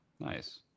nice